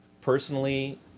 personally